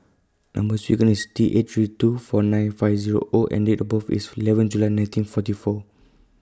Number sequence IS T eight three two four nine five Zero O and Date of birth IS eleven July nineteen forty four